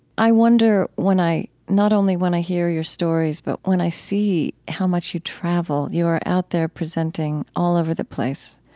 i wonder when i, not only when i hear your stories, but when i see how much you travel, you are out there presenting all over the place,